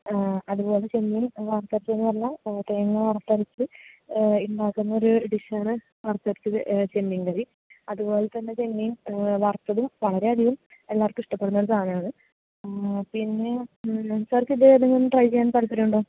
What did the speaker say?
അതുപോലെ ചെമ്മീൻ വറുത്തരച്ചത് എന്നു പറഞ്ഞാൽ തേങ്ങ വറുത്തരച്ച് ഉണ്ടാക്കുന്ന ഒരു ഡിഷ് ആണ് വറുത്തരച്ചത് ചെമ്മീൻ കറി അതുപോലെത്തന്നെ ചെമ്മീൻ വറുത്തതും വളരെ അധികം എല്ലാവർക്കും ഇഷ്ടപ്പെടുന്ന ഒരു സാധനമാണ് പിന്നെ സാർക്ക് ഇത് ഏതെങ്കിലും ഒന്ന് ട്രൈ ചെയ്യാൻ താല്പര്യം ഉണ്ടോ